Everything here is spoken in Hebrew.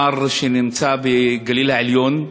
כפר שנמצא בגליל העליון,